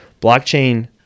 blockchain